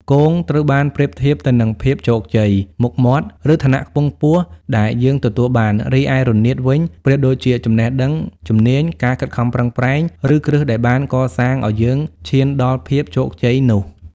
គង ត្រូវបានប្រៀបធៀបទៅនឹងភាពជោគជ័យ មុខមាត់ ឬឋានៈខ្ពង់ខ្ពស់ដែលយើងទទួលបាន រីឯ រនាត វិញ ប្រៀបដូចជាចំណេះដឹង ជំនាញ ការខិតខំប្រឹងប្រែង ឬគ្រឹះដែលបានកសាងឱ្យយើងឈានដល់ភាពជោគជ័យនោះ។